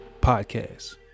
Podcast